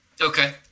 Okay